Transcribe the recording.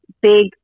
big